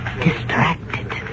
distracted